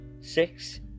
six